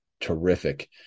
terrific